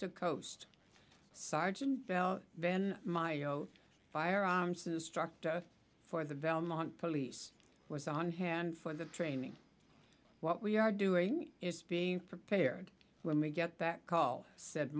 to coast sergeant bell then my zero firearms instructor for the belmont police was on hand for the training what we are doing is being prepared when we get call said